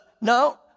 No